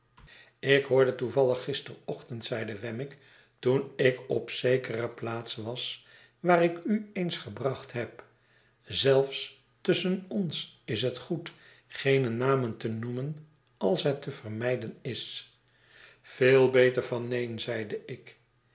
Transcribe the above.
ik hoorde toevallig gisterochtend zeide wemmick toen ik op zekere plaats was waar ik u eens gebracht heb zelfs tusschen ons is het goed geene namen te noemen als het te vermijden is veel beter van neen zeide ik